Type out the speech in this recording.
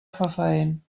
fefaent